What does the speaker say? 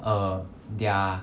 err their